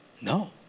No